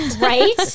Right